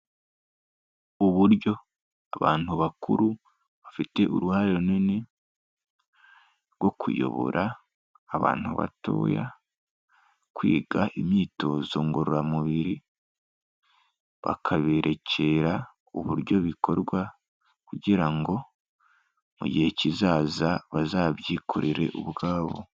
Uburyo abantu bakuru bafite uruhare runini rwo kuyobora abantu batoya kwiga imyitozo ngororamubiri bakabererekera uburyo bikorwa kugira ngo mu gihe kizaza bazabyikorere ubwabo.